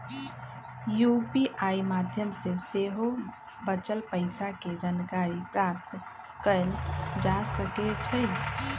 UPI माध्यम से सेहो बचल पइसा के जानकारी प्राप्त कएल जा सकैछइ